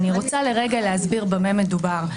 אני רוצה לרגע להסביר במה מדובר.